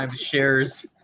shares